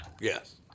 Yes